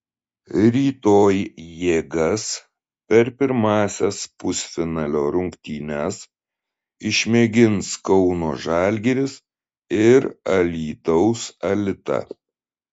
rytoj jėgas per pirmąsias pusfinalio rungtynes išmėgins kauno žalgiris ir alytaus alita